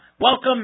Welcome